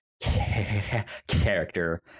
character